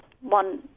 one